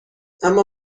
اما